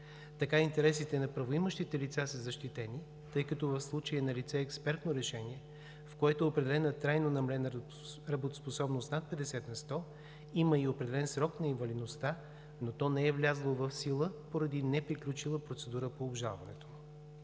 Така интересите на правоимащите лица са защитени, тъй като в случая е налице експертно решение, в което е определена трайно намалена работоспособност – над 50 на сто, има и определен срок на инвалидността, но то не е влязло в сила поради неприключила процедура по обжалването